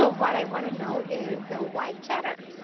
ah what i want to know is ah why cheddar?